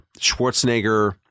Schwarzenegger